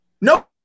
No